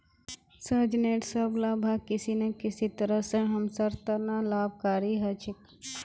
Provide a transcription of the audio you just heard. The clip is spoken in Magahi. सहजनेर सब ला भाग किसी न किसी तरह स हमसार त न लाभकारी ह छेक